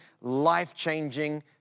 life-changing